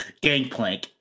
Gangplank